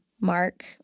mark